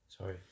Sorry